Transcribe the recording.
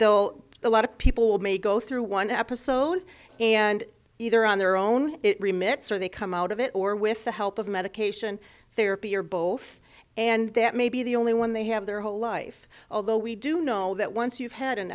h a lot of people may go through one episode and either on their own it remits or they come out of it or with the help of medication therapy or both and that may be the only one they have their whole life although we do know that once you've had an